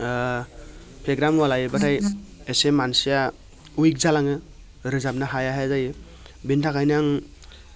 ओ फेग्रा मुवा लायोब्लाथाय एसे मानसिया उइक जालाङो रोजाबनो हाया हाया जायो बिनि थाखायनो आं